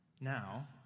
now